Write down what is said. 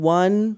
one